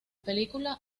película